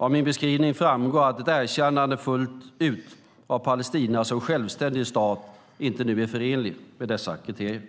Av min beskrivning framgår att ett erkännande fullt ut av Palestina som självständig stat inte är förenligt med dessa kriterier.